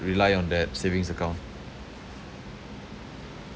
rely on that savings account